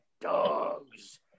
dogs